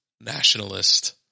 nationalist